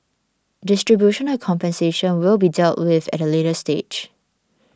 distribution of the compensation will be dealt with at a later stage